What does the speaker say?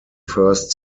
first